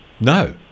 No